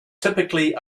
typically